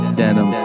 denim